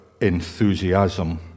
enthusiasm